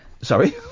Sorry